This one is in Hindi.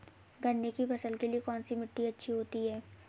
गन्ने की फसल के लिए कौनसी मिट्टी अच्छी होती है?